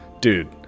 Dude